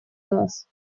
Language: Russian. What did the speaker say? нас